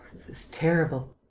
this is terrible.